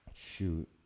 shoot